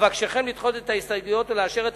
אבקשכם לדחות את ההסתייגויות ולאשר את